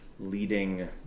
leading